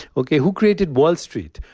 okay. who created wall street?